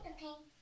Okay